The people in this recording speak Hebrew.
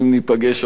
אני מבין.